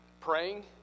praying